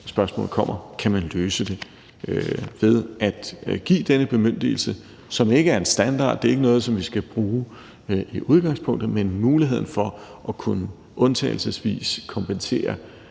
spørgsmål kommer: Kan man løse det ved at give denne bemyndigelse – som ikke er en standard? Det er ikke noget, vi skal bruge i udgangspunktet, men en mulighed for undtagelsesvis at kunne